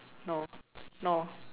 no no